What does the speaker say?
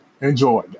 Enjoy